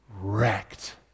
wrecked